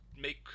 make